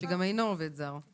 שאינו עובד זר?